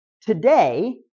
today